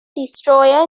destroyer